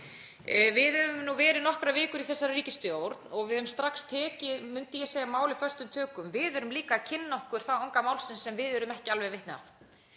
Við höfum nú verið nokkrar vikur í þessari ríkisstjórn og við höfum strax tekið, myndi ég segja, málið föstum tökum. Við erum líka að kynna okkur þá anga málsins sem við urðum ekki alveg vitni